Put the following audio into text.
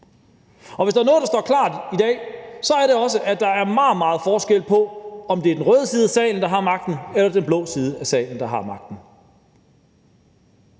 Hvis der er noget, der står klart i dag, er det også, at der er meget stor forskel på, om det er den røde side af salen, der har magten, eller den blå side af salen, der har magten.